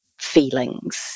feelings